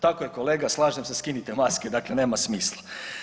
Tako je kolega, slažem se, skinite maske, dakle nema smisla.